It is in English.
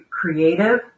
creative